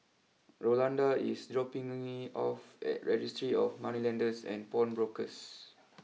Rolanda is dropping me off at Registry of Moneylenders and Pawnbrokers